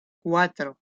cuatro